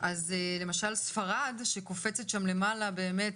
אז למשל ספרד שקופצת שם למעלה באמת